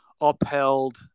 upheld